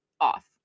off